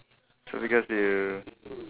so because you